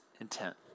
intent